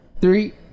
Three